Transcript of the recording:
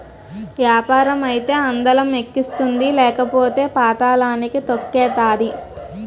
యాపారం అయితే అందలం ఎక్కిస్తుంది లేకపోతే పాతళానికి తొక్కేతాది